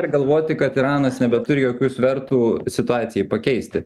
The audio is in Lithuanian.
ir galvoti kad iranas nebeturi jokių svertų situacijai pakeisti